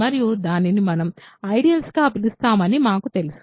మరియు దానిని మనం ఐడియల్స్ గా పిలుస్తామని మాకు తెలుసు